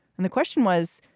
and the question was,